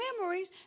memories